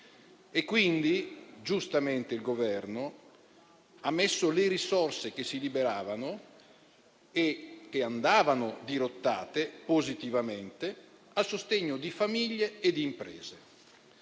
Quindi, giustamente il Governo ha messo le risorse che si liberavano - e che andavano dirottate positivamente - a sostegno di famiglie e imprese.